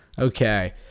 Okay